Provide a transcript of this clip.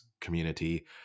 community